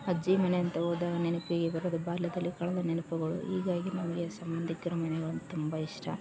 ಅಜ್ಜಿ ಮನೆ ಅಂತ ಹೋದಾಗ ನೆನಪಿಗೆ ಬರೋದು ಬಾಲ್ಯದಲ್ಲಿ ಕಳೆದ ನೆನಪುಗಳು ಹೀಗಾಗಿ ನಮಗೆ ಸಂಬಂಧಿಕ್ರ್ ಮನೆಗಳ್ ಅಂದ್ರೆ ತುಂಬ ಇಷ್ಟ